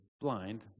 blind